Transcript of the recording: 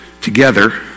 together